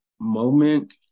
moment